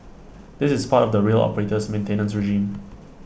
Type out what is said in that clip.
this is part of the rail operator's maintenance regime